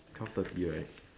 twelve thirty right